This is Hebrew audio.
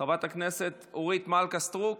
חברת הכנסת אורית מלכה סטרוק,